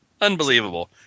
Unbelievable